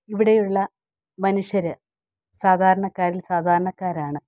ഇവിടെയുള്ള മനുഷ്യര് സാധാരണക്കാരിൽ സാധാരണക്കാരാണ്